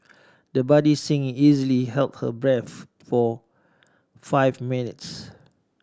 the budding singer easily held her breath for five minutes